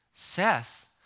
Seth